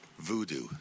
Voodoo